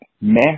mass